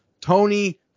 Tony